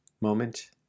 moment